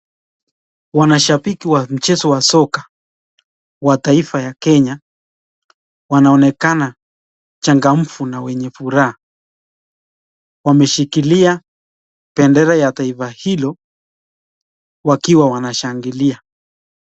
Wanashabiki wa mchezo wa soka wa taifa ya Kenya wanaonekana changamfu na wenye furaha, wameshikilia bendera ya taifa hilo wakiwa wanashangilia.